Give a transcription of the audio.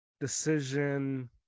decision